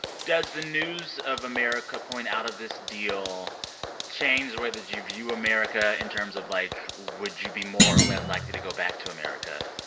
does the news of america pulling out of this deal change the way that you view america in terms of, like, would you be more or less likely to go back to america,